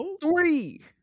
three